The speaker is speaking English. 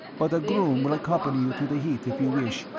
but a groom will accompany you to the heath if you wish,